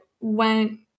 went